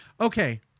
Okay